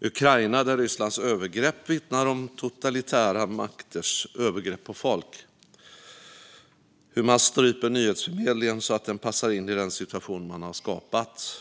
Ukraina, där Rysslands övergrepp vittnar om totalitära makters övergrepp på folk och där man stryper nyhetsförmedlingen så att den passar in i den situation man har skapat.